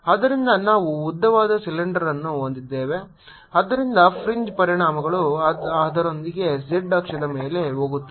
ಆದ್ದರಿಂದ ನಾವು ಉದ್ದವಾದ ಸಿಲಿಂಡರ್ ಅನ್ನು ಹೊಂದಿದ್ದೇವೆ ಆದ್ದರಿಂದ ಫ್ರಿಂಜ್ ಪರಿಣಾಮಗಳು ಅದರೊಂದಿಗೆ z ಅಕ್ಷದ ಮೇಲೆ ಹೋಗುತ್ತವೆ